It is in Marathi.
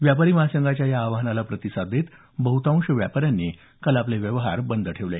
व्यापारी महासंघाच्या या आवाहनास प्रतिसाद देत बहुतांश व्यापाऱ्यांनी काल आपले व्यवहार बंद ठेवले